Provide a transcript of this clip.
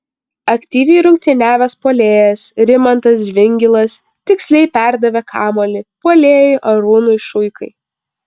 aktyviai rungtyniavęs puolėjas rimantas žvingilas tiksliai perdavė kamuolį puolėjui arūnui šuikai